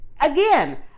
again